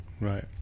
right